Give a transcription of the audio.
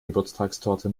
geburtstagstorte